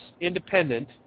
independent